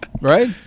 Right